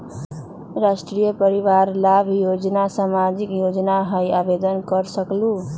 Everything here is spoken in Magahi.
राष्ट्रीय परिवार लाभ योजना सामाजिक योजना है आवेदन कर सकलहु?